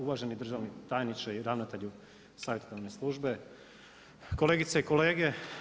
Uvaženi državni tajniče i ravnatelju savjetodavne službe, kolegice i kolege.